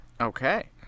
Okay